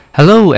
Hello